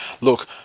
Look